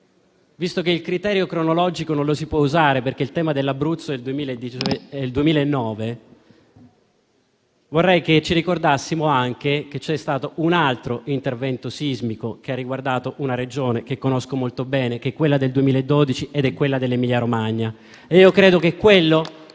visto che il criterio cronologico non si può usare, perché il terremoto dell'Abruzzo è del 2009, vorrei che ci ricordassimo anche che c'è stato un altro evento sismico che ha riguardato una Regione che conosco molto bene: quello del 2012 in Emilia-Romagna. Credo che quello